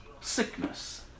sickness